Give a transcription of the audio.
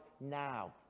now